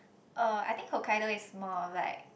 uh I think Hokkaido is more of like